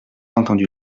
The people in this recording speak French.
entendu